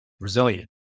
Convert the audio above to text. resilient